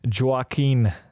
Joaquin